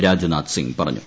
രാജ്നാഥ് സിങ് പറഞ്ഞു